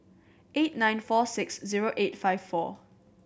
eight nine four six zero eight five four